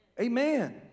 Amen